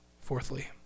Fourthly